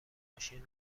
ماشین